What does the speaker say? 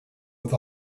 with